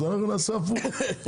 אז אנחנו נעשה הפוך.